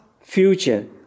future